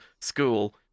school